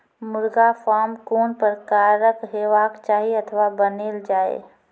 मुर्गा फार्म कून प्रकारक हेवाक चाही अथवा बनेल जाये?